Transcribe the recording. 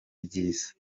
byiza